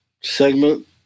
segment